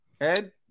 Ed